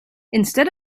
instead